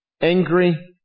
angry